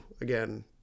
again